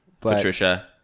Patricia